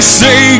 say